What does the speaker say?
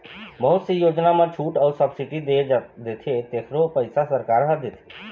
बहुत से योजना म छूट अउ सब्सिडी देथे तेखरो पइसा सरकार ह देथे